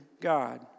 God